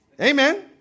Amen